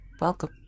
welcome